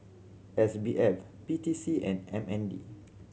S B F P T C and M N D